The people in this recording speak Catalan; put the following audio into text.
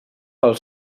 pel